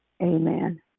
Amen